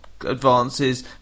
Advances